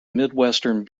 midwestern